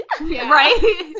Right